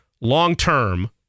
long-term